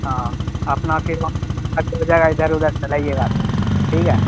ہاں اپنا پھر آٹو ادھر ادھر چلائیے گا ٹھیک ہے